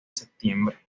septiembre